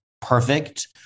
perfect